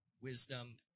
wisdom